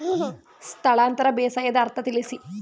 ಸ್ಥಳಾಂತರ ಬೇಸಾಯದ ಅರ್ಥ ತಿಳಿಸಿ?